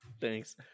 Thanks